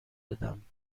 بدم